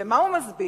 ומה הוא מסביר?